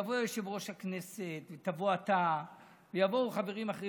יבוא יושב-ראש הכנסת ותבוא אתה ויבואו חברים אחרים,